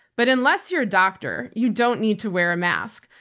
but unless you're a doctor you don't need to wear a mask.